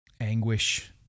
anguish